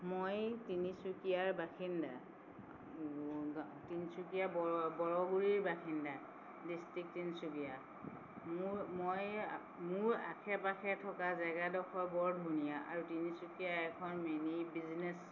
মই তিনিচুকীয়াৰ বাসিন্দা মোৰ গাঁও তিনিচুকীয়াৰ বৰ বৰগুৰিৰ বাসিন্দা ডিষ্ট্ৰিক্ট তিনচুকীয়া মোৰ মই মোৰ আশে পাশে থকা জেগাডোখৰ বৰ ধুনীয়া আৰু তিনিচুকীয়া এখন মিনি বিজনেচ